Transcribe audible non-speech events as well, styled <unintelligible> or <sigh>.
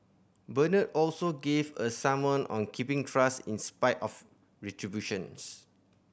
Bernard also gave a sermon on keeping trust in spite of <unintelligible>